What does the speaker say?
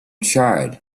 charred